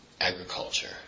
agriculture